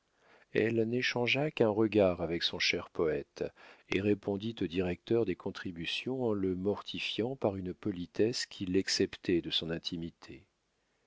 elle n'échangea qu'un regard avec son cher poète et répondit au directeur des contributions en le mortifiant par une politesse qui l'exceptait de son intimité